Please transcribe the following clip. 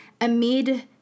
amid